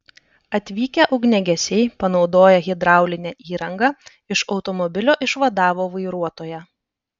atvykę ugniagesiai panaudoję hidraulinę įrangą iš automobilio išvadavo vairuotoją